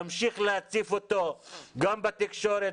אמשיך להציף אותו גם בתקשורת,